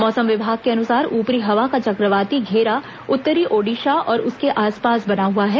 मौसम विभाग के अनुसार ऊपरी हवा का चक्रवाती घेरा उत्तरी ओडिशा और उसके आसपास बना हुआ है